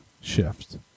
shift